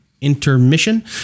intermission